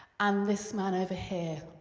and this man over here,